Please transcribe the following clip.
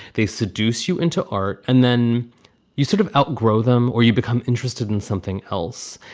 they seduce you into art and then you sort of outgrow them or you become interested in something else.